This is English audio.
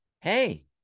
hey